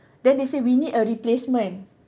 then they say we need a replacement